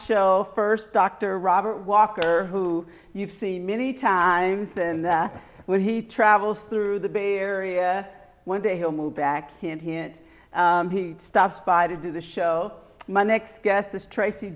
show first dr robert walker who you've seen many times and that when he travels through the bay area one day he'll move back hint hint he stops by to do the show my next guest is tracy